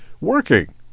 working